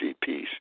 peace